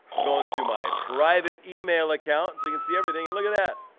going to my private email accounts, we can see everything and look at that.